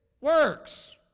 works